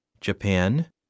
Japan